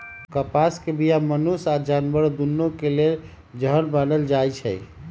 कपास के बीया मनुष्य आऽ जानवर दुन्नों के लेल जहर मानल जाई छै